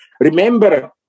Remember